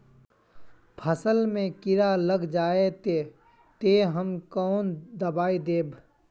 फसल में कीड़ा लग जाए ते, ते हम कौन दबाई दबे?